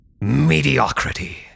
Mediocrity